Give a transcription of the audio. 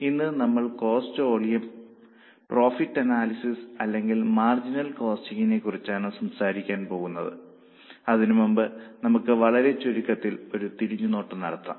ഇന്ന് നമ്മൾ cost volume profit analysis അല്ലെങ്കിൽ മാർജിനൽ കോസ്റ്റിംഗിനെക്കുറിച്ചാണ് സംസാരിക്കാൻ പോകുന്നത് അതിന് മുമ്പ് നമുക്ക് വളരെ ചുരുക്കത്തിൽ ഒരു തിരിഞ്ഞുനോട്ടം നടത്താം